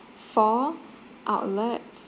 four outlets